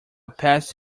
passed